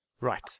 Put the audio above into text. Right